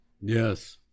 Yes